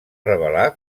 revelar